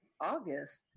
August